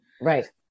Right